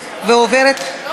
סוכני חוץ עוברת בקריאה הטרומית,